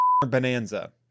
bonanza